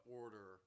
order